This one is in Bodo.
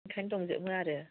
ओंखायनो दंजोबो आरो